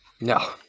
No